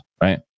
right